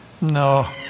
No